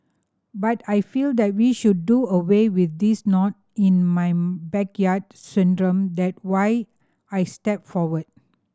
but I feel that we should do away with this not in my backyard syndrome that why I stepped forward